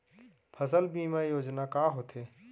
फसल बीमा योजना का होथे?